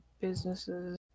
businesses